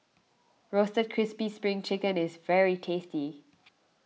Roasted Crispy Spring Chicken is very tasty